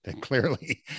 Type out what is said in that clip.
clearly